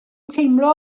teimlo